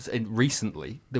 recently